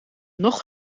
nog